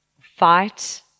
fight